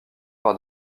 par